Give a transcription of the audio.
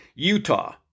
Utah